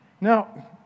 Now